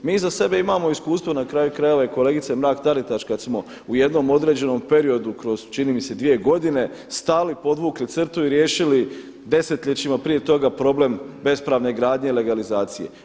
Mi iza sebe imamo iskustvo na kraju krajeva i kolegice Mrak TAritaš kada smo u jednom određenom periodu kroz čini mi se dvije godine, stali podvukli crtu i riješili desetljećima prije toga problem bespravne gradnje i legalizacije.